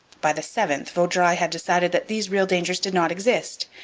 by the seventh vaudreuil had decided that these real dangers did not exist,